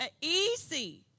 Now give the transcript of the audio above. easy